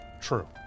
True